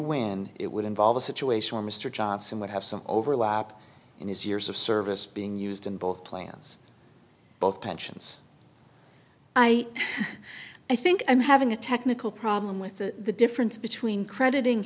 win it would involve a situation where mr johnson would have some overlap in his years of service being used in both plans both pensions i i think i'm having a technical problem with the difference between credit